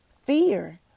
fear